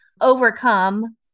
overcome